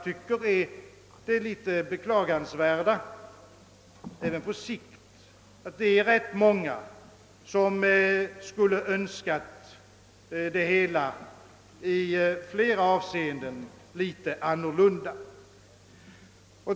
Vad som är litet beklagligt även på längre sikt är bara, att rätt många skulle ha önskat det hela i flera avseenden en smula annorlunda.